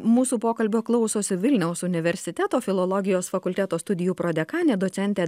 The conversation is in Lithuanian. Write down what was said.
mūsų pokalbio klausosi vilniaus universiteto filologijos fakulteto studijų prodekanė docentė